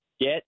Get